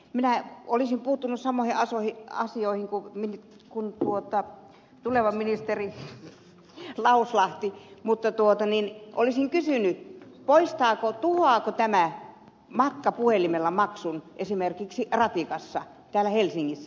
minä olisin puuttunut samoihin asioihin kuin tuleva ministeri lauslahti mutta olisin kysynyt poistaako tuhoaako tämä matkapuhelimella maksun esimerkiksi ratikassa täällä helsingissä